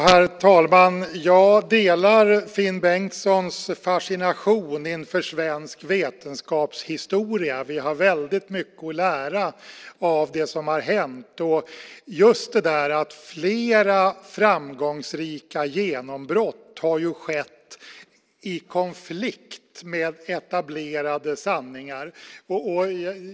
Herr talman! Jag delar Finn Bengtssons fascination inför svensk vetenskapshistoria. Vi har väldigt mycket att lära av det som har hänt. Flera framgångsrika genombrott har skett i konflikt med etablerade sanningar.